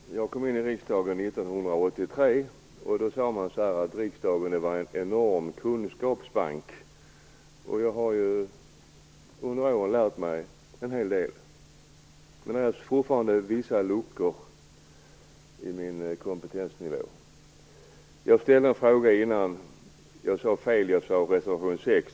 Herr talman! Jag kom in i riksdagen 1983. Då sade man att riksdagen var en enorm kunskapsbank. Jag har under åren lärt mig en hel del, men det finns fortfarande vissa luckor i min kompetens. Jag ställde en fråga tidigare. Jag sade fel. Jag nämnde reservation 6.